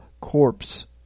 corpse